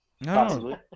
No